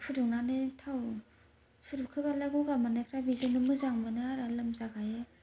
फुदुंनानै थाव सुरुबखोबालाय बिदिनो गगा मोननायफ्रा बिदिजोंनो मोजां मोनो आरो लोमजा गायो